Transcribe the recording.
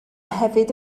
hefyd